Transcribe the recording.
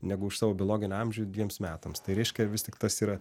negu už savo biologinį amžių dviems metams tai reiškia vis tik tas yra